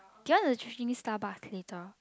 do you wanna try drinking Starbucks later